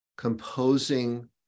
composing